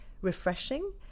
refreshing